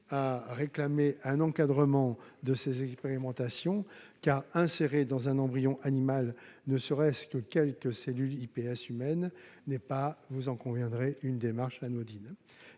a réclamé un encadrement de ces expérimentations, car insérer dans un embryon animal ne serait-ce que quelques cellules iPS humaines n'est pas une démarche anodine.